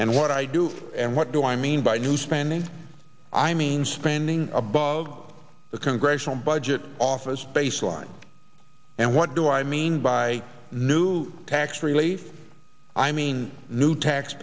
and what i and what do i mean by new spending i mean spending a bug the congressional budget office baseline and what do i mean by new tax really i mean new tax